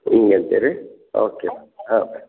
ಹಿಂಗೆ ಅಂತೀರಿ ಓಕೆ ಹಾಂ